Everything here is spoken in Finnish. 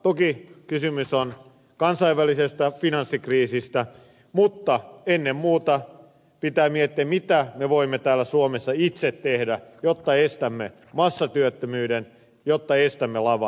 toki kysymys on kansainvälisestä finanssikriisistä mutta ennen muuta pitää miettiä mitä me voimme täällä suomessa itse tehdä jotta estämme massatyöttömyyden jotta estämme laman